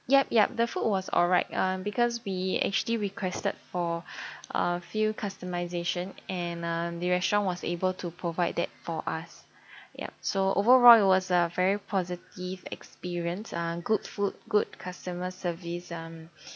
yup yup the food was alright uh because we actually requested for a few customization and uh the restaurant was able to provide that for us yup so overall it was a very positive experience uh good food good customer service um